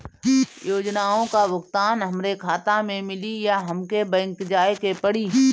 योजनाओ का भुगतान हमरे खाता में मिली या हमके बैंक जाये के पड़ी?